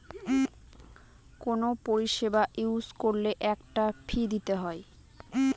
কোনো পরিষেবা ইউজ করলে একটা ফী দিতে হয়